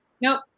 nope